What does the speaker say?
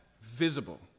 visible